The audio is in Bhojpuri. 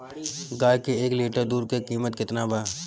गाए के एक लीटर दूध के कीमत केतना बा?